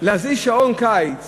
הזזת שעון קיץ